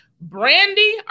Brandy